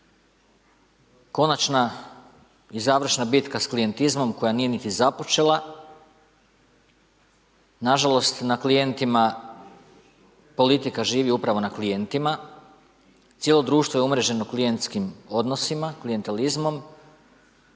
konačna i završna bitka sa klijentizmom koja nije niti započela. Nažalost na klijentima politika živi upravo na klijentima, cijelo društvo je umreženo klijentskim odnosima, klijentalizmom,